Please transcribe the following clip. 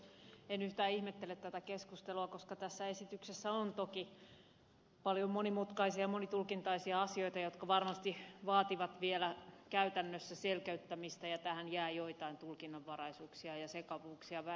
en yhtään ihmettele tätä keskustelua koska tässä esityksessä on toki paljon monimutkaisia monitulkintaisia asioita jotka varmasti vaativat vielä käytännössä selkeyttämistä ja tähän jää joitain tulkinnanvaraisuuksia ja sekavuuksia väistämättä